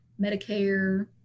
Medicare